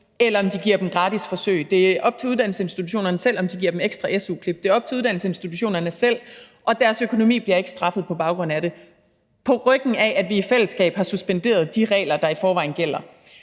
eller om de giver dem gratis forsøg; det er op til uddannelsesinstitutionerne selv, om de giver dem ekstra su-klip; det er op til uddannelsesinstitutionerne selv, og deres økonomi bliver ikke straffet på baggrund af det – på ryggen af, at vi i fællesskab har suspenderet de regler, der i forvejen gælder.